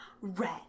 Red